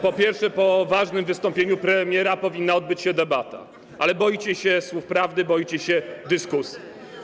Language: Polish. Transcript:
Po pierwsze, po ważnym wystąpieniu premiera powinna odbyć się debata, ale boicie się słów prawdy, boicie się dyskusji.